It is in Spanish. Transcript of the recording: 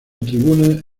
tribuna